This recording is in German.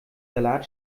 salat